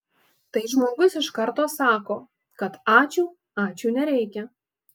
tai žmogus iš karto sako kad ačiū ačiū nereikia